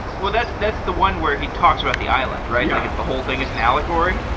well, that's that's the one where he talks about the island, right? like the whole thing is an allegory.